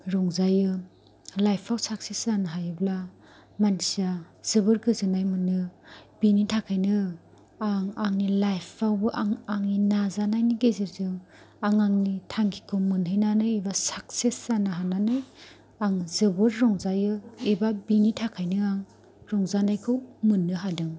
रंजायो लाइफआव साकसेस जानो हायोब्ला मानसिया जोबोर गोजोननाय मोनो बिनि थाखायनो आं आंनि लाइफआवबो आं आंनि नाजानायनि गेजेरजों आं आंनि थांखिखौ मोनहैनानै एबा साकसेस जानो हानानै आं जोबोर रंजायो एबा बिनि थाखायनो आं रंजानायखौ मोननो हादों